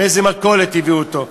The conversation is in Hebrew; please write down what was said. מאיזו מכולת הביאו אותו.